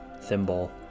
thimble